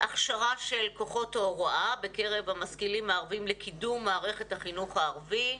הכשרה של כוחות ההוראה בקרב המשכילים הערבים לקידום מערכת החינוך הערבי.